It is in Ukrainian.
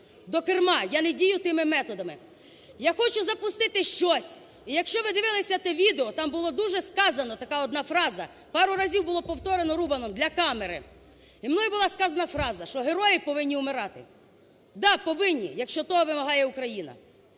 до керма, я не дію тими методами. Я хочу запустити щось, і якщо ви дивилися те відео, там було дуже сказано така одна фраза, пару було повторено Рубаном для камери і мною була сказана фраза: що герої повинні вмирати. Да, повинні, якщо того вимагає Україна.